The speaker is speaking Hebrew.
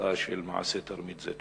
כתוצאה ממעשה תרמית זה.